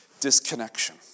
disconnection